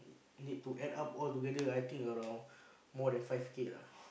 need to add up all together I think around more than five K lah